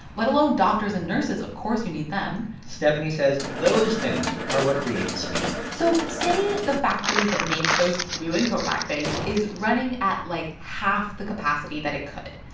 let alone doctors and nurses. of course, you need them stephanie says those things are what create the speed limit so say the factory that makes those wheeling coat-rack things is running at, like, half the capacity that it could.